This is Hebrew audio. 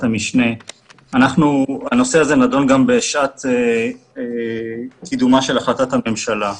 המשנה נדון גם בשעת קידומה של החלטת הממשלה.